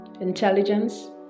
Intelligence